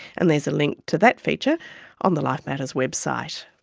and there's link to that feature on the life matters website